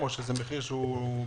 או שזה מחיר בחוסר?